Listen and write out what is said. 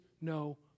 no